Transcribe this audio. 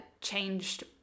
changed